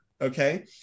Okay